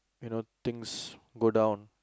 you know things go down